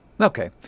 Okay